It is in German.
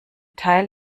teil